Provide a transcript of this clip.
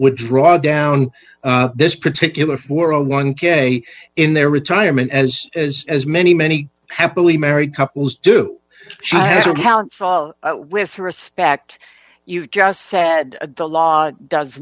would draw down this particular floor on one k in their retirement as as as many many happily married couples do with respect you just said the law does